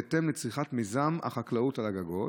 בהתאם לצריכת מיזם החקלאות על הגגות?